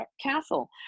castle